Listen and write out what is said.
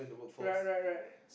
right right right